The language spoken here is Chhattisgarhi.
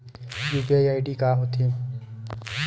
यू.पी.आई आई.डी का होथे?